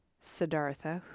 Siddhartha